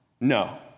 No